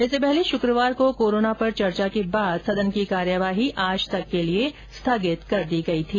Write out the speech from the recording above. इससे पहले शुक्रवार को कोरोना पर चर्चा के बाद सदन की कार्यवाही आज तक के लिए स्थगित कर दी गई थी